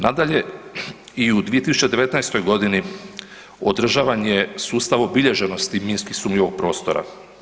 Nadalje, i u 2019.g. održavan je sustav obilježenosti minski sumnjivog prostora.